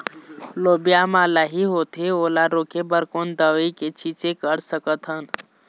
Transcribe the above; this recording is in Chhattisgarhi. लोबिया मा लाही होथे ओला रोके बर कोन दवई के छीचें कर सकथन?